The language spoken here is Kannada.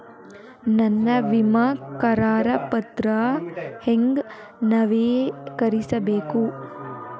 ನನ್ನ ವಿಮಾ ಕರಾರ ಪತ್ರಾ ಹೆಂಗ್ ನವೇಕರಿಸಬೇಕು?